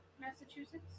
Massachusetts